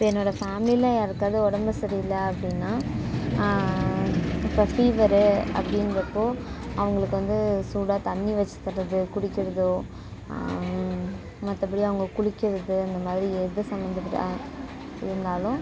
என்னோடய ஃபேமிலியில யாருக்காவது உடம்பு சரியில்லை அப்படின்னா இப்போது ஃபீவர் அப்படிங்கிறப்போ அவங்களுக்கு வந்து சூடாக தண்ணி வச்சு தர்றது குடிக்கிறதோ மற்றபடி அவங்க குளிக்கிறது அந்தமாதிரி எது சம்மந்தப்பட்டதாக இருந்தாலும்